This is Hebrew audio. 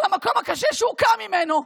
על המקום הקשה שהוא קם ממנו.